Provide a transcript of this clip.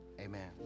amen